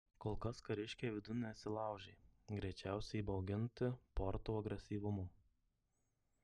kol kas kariškiai vidun nesilaužė greičiausiai įbauginti porto agresyvumo